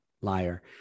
liar